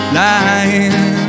lying